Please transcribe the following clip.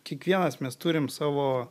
kiekvienas mes turim savo